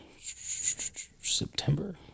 September